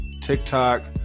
TikTok